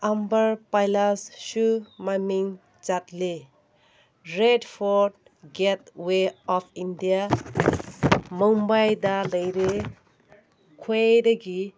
ꯑꯝꯕꯔ ꯄꯩꯂꯥꯁꯁꯨ ꯃꯃꯤꯡ ꯆꯠꯂꯤ red fort gateway of India ꯃꯨꯝꯕꯥꯏꯗ ꯂꯩꯔꯦ ꯈ꯭ꯋꯥꯏꯗꯒꯤ